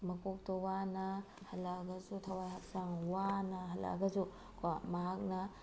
ꯃꯀꯣꯛꯇꯣ ꯋꯥꯅ ꯍꯜꯂꯛꯑꯕꯁꯨ ꯊꯋꯥꯏ ꯍꯛꯆꯥꯡ ꯋꯥꯅ ꯍꯜꯂꯛꯑꯒꯁꯨ ꯀꯣ ꯃꯍꯥꯛꯅ